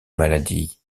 maladie